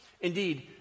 Indeed